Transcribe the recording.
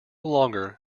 longer